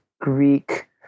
Greek